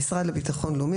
המשרד לביטחון לאומי,